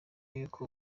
y’uko